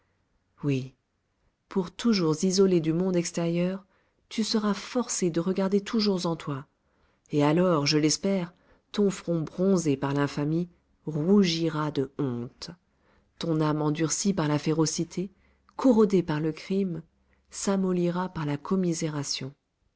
oui pour toujours isolé du monde extérieur tu seras forcé de regarder toujours en toi et alors je l'espère ton front bronzé par l'infamie rougira de honte ton âme endurcie par la férocité corrodée par le crime s'amollira par la